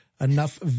enough